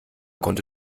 konnte